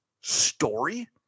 story